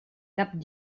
cap